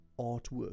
artwork